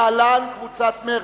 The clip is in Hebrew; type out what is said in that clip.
להלן: קבוצת מרצ,